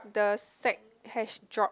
the sack has dropped